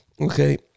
Okay